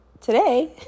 Today